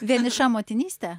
vieniša motinystė